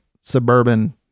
suburban